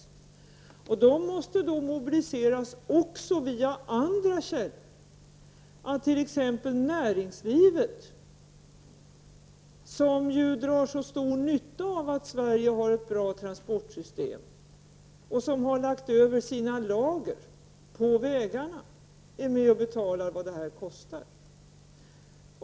Dessa miljarder måste mobiliseras också via andra källor. Så t.ex. bör näringslivet, som drar så stor nytta av att Sverige har ett bra trafiksystem och som lagt över sina lager på vägarna, vara med och betala vad det kostar.